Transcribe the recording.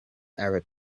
arab